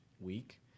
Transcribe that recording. week